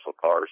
cars